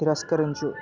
తిరస్కరించు